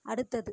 அடுத்தது